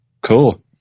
Cool